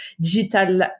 digital